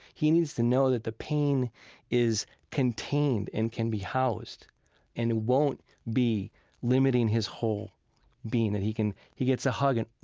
he needs to know that the pain is contained and can be housed and it won't be limiting his whole being that he can he gets a hug and,